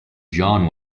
john